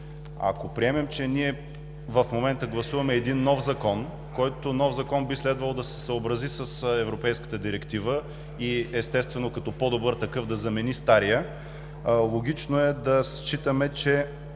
Ако приемем, че ние в момента гласуваме един нов закон, който би следвало да се съобрази с европейската директива и, естествено, като по-добър такъв да замени стария, логично е да считаме, че